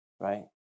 Right